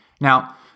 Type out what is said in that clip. Now